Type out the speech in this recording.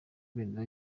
ibendera